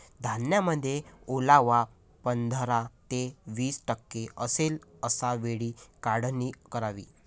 धान्यामध्ये ओलावा पंधरा ते वीस टक्के असेल अशा वेळी काढणी करावी